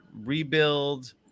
rebuild